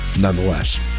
nonetheless